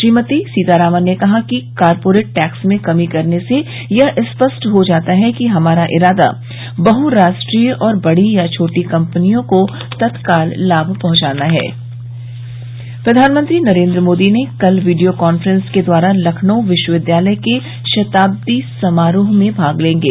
श्रीमती सीतारामन ने कहा कि कॉरपोरेट टैक्स में कमी करने से यह स्पष्ट हो जाता है कि हमारा इरादा बह्राष्ट्रीय और बड़ी या छोटी कंपनियों को तत्काल लाभ पहुंचाना है प्रधानमंत्री नरेंद्र मोदी कल वीडियो कांफ्रेंस के द्वारा लखनऊ विश्वविद्यालय के शताब्दी समारोह में भाग लेंगे